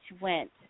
went